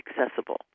accessible